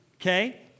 okay